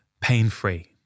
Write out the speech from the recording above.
pain-free